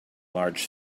large